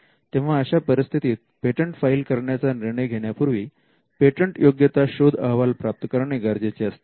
तेव्हा अशा परिस्थितीत पेटंट फाईल करण्याचा निर्णय घेण्यापूर्वी पेटंटयोग्यता शोध अहवाल प्राप्त करणे गरजेचे असते